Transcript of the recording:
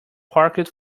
parquet